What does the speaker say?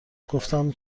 گفتم